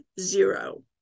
zero